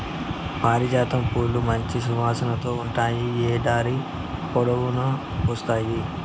పారిజాతం పూలు మంచి సువాసనతో ఉంటాయి, ఏడాది పొడవునా పూస్తాయి